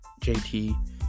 JT